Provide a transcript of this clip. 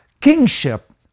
kingship